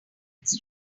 ends